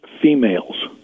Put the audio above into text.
females